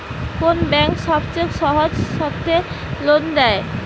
কোন ব্যাংক সবচেয়ে সহজ শর্তে লোন দেয়?